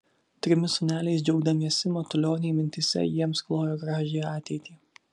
trimis sūneliais džiaugdamiesi matulioniai mintyse jiems klojo gražią ateitį